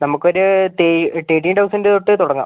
നമുക്കൊരു തെ thirteen thousand തൊട്ട് തുടങ്ങാം